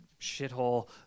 shithole